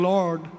Lord